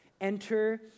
enter